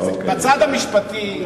בצד המשפטי,